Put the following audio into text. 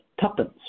tuppence